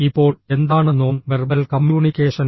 ഇപ്പോൾ എന്താണ് non verbal communication